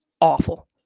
awful